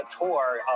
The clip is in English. tour